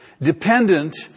dependent